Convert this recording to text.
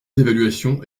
d’évaluation